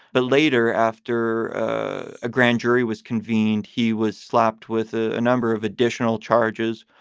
but later, after a grand jury was convened, he was slapped with ah a number of additional charges.